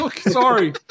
Sorry